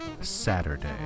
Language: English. Saturday